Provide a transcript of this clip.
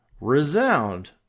resound